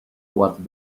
what